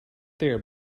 there